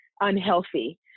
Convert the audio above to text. unhealthy